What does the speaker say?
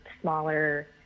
smaller